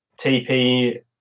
TP